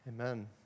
Amen